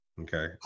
Okay